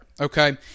Okay